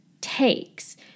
takes